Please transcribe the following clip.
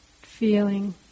feeling